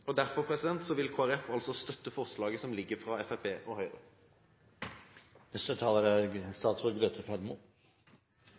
først. Derfor vil Kristelig Folkeparti støtte forslaget fra Fremskrittspartiet og Høyre. Det er